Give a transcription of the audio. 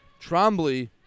Trombley